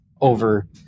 over